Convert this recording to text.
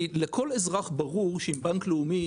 כי לכל אזרח ברור שאם בנק לאומי,